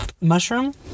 mushroom